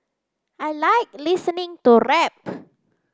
I like listening to rap